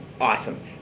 Awesome